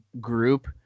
group